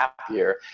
happier